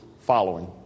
following